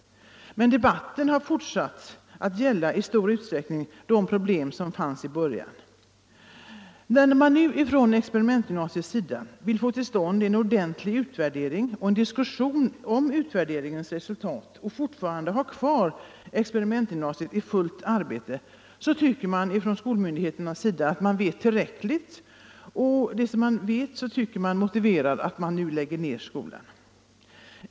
Men debatten har fortsatt att i stor utsträckning gälla de problem som fanns i början. När man nu från experimentgymnasiets sida vill få till stånd en ordentlig utvärdering och en diskussion om utvärderingens resultat och man fortfarande vill ha kvar experimentgymnasiet i fullt arbete så tycker skolmyndigheterna att de vet tillräckligt. Och det man vet tycker man motiverar att skolan läggs ned.